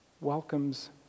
welcomes